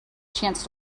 chance